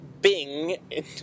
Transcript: Bing